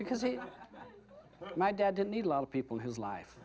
because my dad didn't need a lot of people whose life